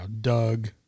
Doug